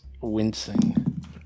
wincing